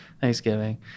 Thanksgiving